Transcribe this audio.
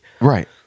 Right